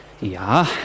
Ja